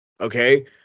Okay